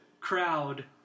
crowd